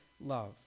love